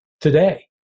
today